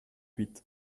huit